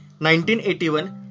1981